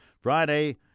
Friday